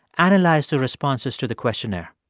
analyzed the responses to the questionnaire.